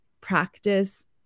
practice